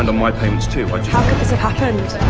and my payments too, i just.